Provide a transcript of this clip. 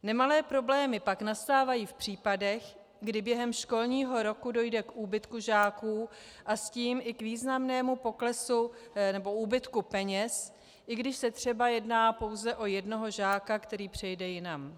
Nemalé problémy pak nastávají v případech, kdy během školního roku dojde k úbytku žáků, a tím i k významnému poklesu nebo úbytku peněz, i když se třeba jedná pouze o jednoho žáka, který přejde jinam.